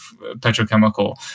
petrochemical